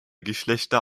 geschlechter